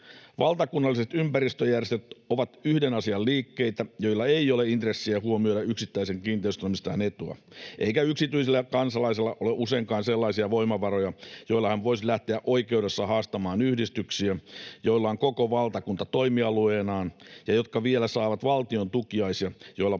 Valtakunnalliset ympäristöjärjestöt ovat yhden asian liikkeitä, joilla ei ole intressiä huomioida yksittäisen kiinteistönomistajan etua, eikä yksityisellä kansalaisella ole useinkaan sellaisia voimavaroja, joilla hän voisi lähteä oikeudessa haastamaan yhdistyksiä, joilla on koko valtakunta toimialueenaan ja jotka vielä saavat valtion tukiaisia, joilla palkata